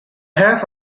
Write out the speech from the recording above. hairs